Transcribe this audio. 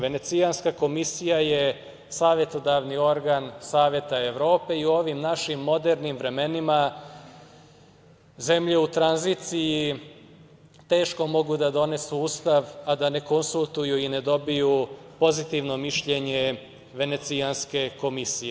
Venecijanska komisija je savetodavni organ Saveta Evrope i u ovim našim modernim vremenima zemlje u tranziciji teško mogu da donesu Ustav, a da ne konsultuju i da ne dobiju pozitivno mišljenje Venecijanske komisije.